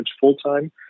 full-time